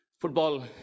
Football